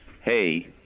hey